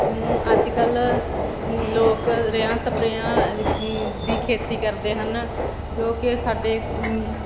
ਅੱਜ ਕੱਲ੍ਹ ਲੋਕ ਰੇਹਾਂ ਸਪਰੇਹਾਂ ਦੀ ਖੇਤੀ ਕਰਦੇ ਹਨ ਜੋ ਕਿ ਸਾਡੇ